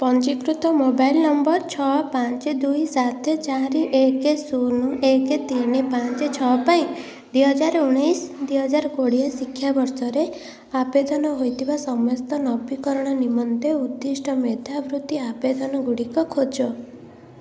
ପଞ୍ଜୀକୃତ mobile number ଛଅ ପାଞ୍ଚ ଦୁଇ ସାତ ଚାରି ଏକ ଶୂନ ଏକ ତିନି ପାଞ୍ଚ ଛଅ ପାଇଁ ଦି ହଜାର ଉଣେଇଶଶହ ଦୁଇ ହଜାର କୋଡ଼ିଏ ଶିକ୍ଷାବର୍ଷରେ ଆବେଦନ ହୋଇଥିବା ସମସ୍ତ ନବୀକରଣ ନିମନ୍ତେ ଉଦ୍ଧିଷ୍ଟ ମେଧାବୃତ୍ତି ଆବେଦନଗୁଡ଼ିକ ଖୋଜ